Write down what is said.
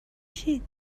شید